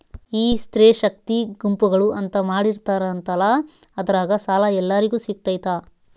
ಈ ಸ್ತ್ರೇ ಶಕ್ತಿ ಗುಂಪುಗಳು ಅಂತ ಮಾಡಿರ್ತಾರಂತಲ ಅದ್ರಾಗ ಸಾಲ ಎಲ್ಲರಿಗೂ ಸಿಗತೈತಾ?